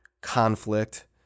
conflict